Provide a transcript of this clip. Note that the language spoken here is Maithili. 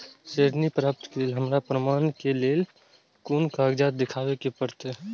ऋण प्राप्त के लेल हमरा प्रमाण के लेल कुन कागजात दिखाबे के परते?